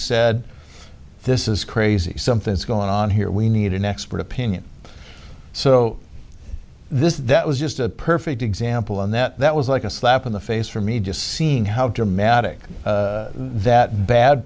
said this is crazy something's going on here we need an expert opinion so this that was just a perfect example and that was like a slap in the face for me just seeing how dramatic that bad